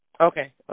Okay